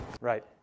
Right